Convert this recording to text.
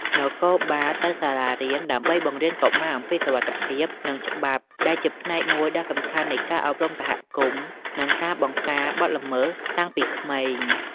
នគរបាលទៅសាលារៀន ដើម្បីបង្រៀនកុមារអំពី សុវត្ថិភាព និង ច្បាប់ ដែលជាផ្នែកមួយដ៏សំខាន់នៃការអប់រំសហគមន៍ និងការបង្ការបទល្មើសតាំងពីក្មេង។